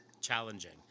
challenging